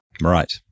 Right